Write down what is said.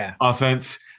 offense